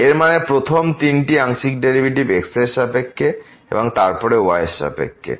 এর মানে প্রথম তিনটি আংশিক ডেরিভেটিভ x এর সাপেক্ষে এবং তারপরে y এর সাপেক্ষে